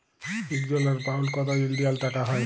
ইক dollar, pound কত ইলডিয়াল টাকা হ্যয়